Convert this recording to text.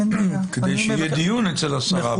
כדי שיהיה דיון אצל השרה בעניין הזה.